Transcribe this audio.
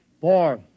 Four